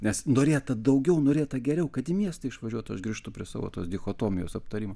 nes norėta daugiau norėta geriau kad į miestą išvažiuotų aš grįžtų prie savo tos dichotomijos aptarimo